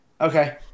okay